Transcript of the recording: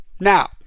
Now